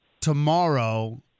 tomorrow